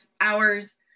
hours